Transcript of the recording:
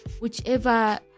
whichever